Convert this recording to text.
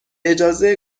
اجازه